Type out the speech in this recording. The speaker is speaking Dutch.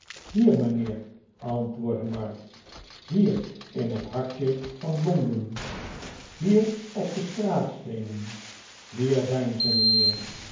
hier mijnheer antwoordde mark hier in het hartje van londen hier op maarten chuzzlewit de straatsteenen hier zijn ze mijnheer